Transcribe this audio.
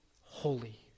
holy